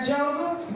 Joseph